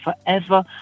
forever